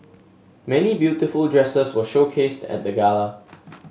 many beautiful dresses were showcased at the gala